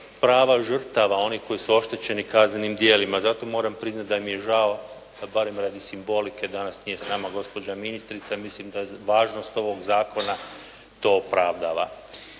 prava žrtava onih koji su oštećeni kaznenim djelima. Zato moram priznati da mi je žao da barem radi simbolike danas nije s nama gospođa ministrica, jer mislim da važnost ovog zakona to opravdava.